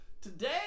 Today